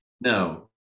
no